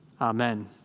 Amen